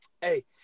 Hey